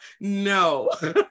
No